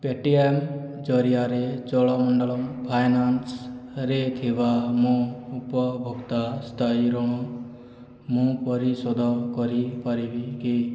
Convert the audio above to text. P T M ଜରିଆରେ ଚୋଳମଣ୍ଡଳମ୍ ଫାଇନାନ୍ସରେ ଥିବା ମୋ ଉପଭୋକ୍ତା ସ୍ଥାୟୀ ଋଣ ମୁଁ ପରିଶୋଧ କରିପାରିବି କି